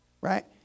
right